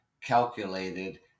calculated